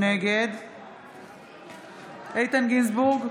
נגד איתן גינזבורג,